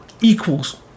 equals